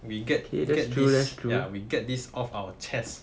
we get we get ya we get this off our chest